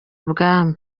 bwami